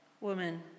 woman